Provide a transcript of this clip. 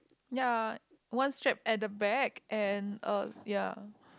ya one strap at the back and uh ya